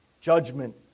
Judgment